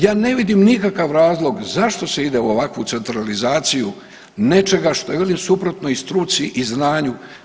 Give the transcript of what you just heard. Ja ne vidim nikakav razlog zašto se ide u ovakvu centralizaciju nečega što je velim suprotno i struci i znanju.